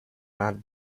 land